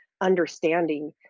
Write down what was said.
understanding